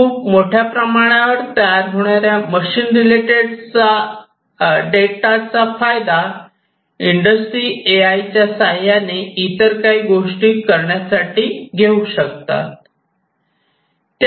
खूप मोठ्या प्रमाणावर तयार होणाऱ्या मशीन रिलेटेड डेटा चा फायदा इंडस्ट्री ए आय च्या साह्याने इतर काही गोष्टी करण्यासाठी घेऊ शकतात